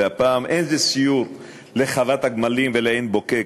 והפעם אין זה סיור לחוות הגמלים ולעין-בוקק,